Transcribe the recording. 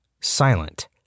Silent